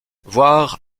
voir